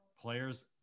Players